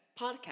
podcast